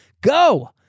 go